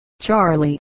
Charlie